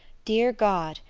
dear god,